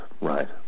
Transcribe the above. right